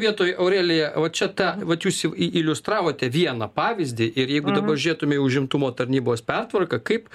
vietoj aurelija va čia ta vat jūs i iliustravote vieną pavyzdį ir jeigu dabar žiūrėtume į užimtumo tarnybos pertvarką kaip